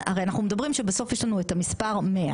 הרי אנחנו מדברים שבסוף יש לנו את המספר ,100